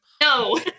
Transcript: no